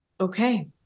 Okay